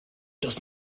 das